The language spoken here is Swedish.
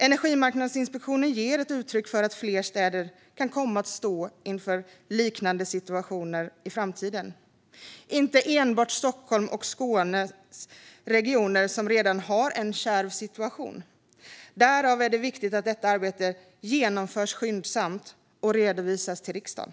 Energimarknadsinspektionen ger uttryck för att fler städer kan komma att stå inför liknande situationer i framtiden, alltså inte enbart Stockholms och Skånes regioner som redan har en kärv situation. Därav är det viktigt att detta arbete genomförs skyndsamt och redovisas till riksdagen.